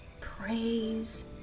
Praise